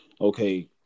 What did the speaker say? okay